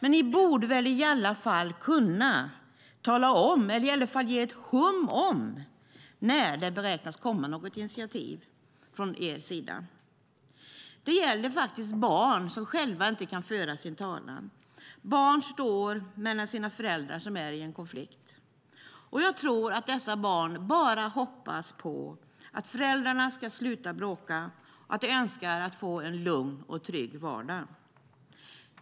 Ni borde väl kunna tala om eller i alla fall ge ett hum om när det beräknas komma något initiativ från er sida. Det gäller barn som själva inte kan föra sin egen talan. Barn står mellan sina föräldrar när de är i en konflikt, och jag tror att dessa barn bara hoppas på att föräldrarna ska sluta bråka. De önskar att få en lugn och trygg vardag.